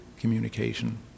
communication